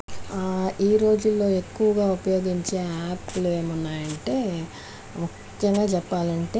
ఈ రోజుల్లో ఎక్కువగా ఉపయోగించే యాప్లో ఏమున్నాయంటే ముఖ్యంగా చెప్పాలంటే